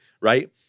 right